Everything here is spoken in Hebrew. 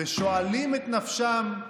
ושואלים את נפשם,